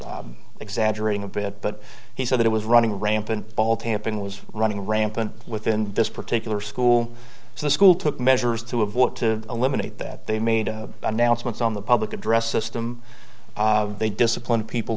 of exaggerating a bit but he said that it was running rampant ball tampering was running rampant within this particular school so the school took measures to avoid to eliminate that they made announcements on the public address system they disciplined people